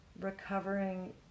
recovering